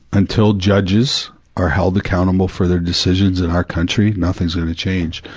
until judges are held accountable for their decisions in our country, nothing's gonna change,